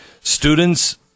Students